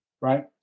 right